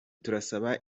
turasaba